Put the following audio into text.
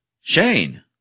Shane